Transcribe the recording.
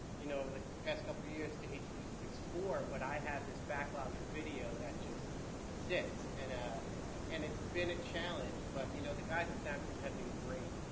you know, over the past couple of years to h two six four. but i have this backlog of video that just sits and ah and it's been a challenge. but, you know, the guys at snapstream have been great.